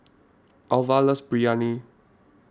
Alva loves Biryani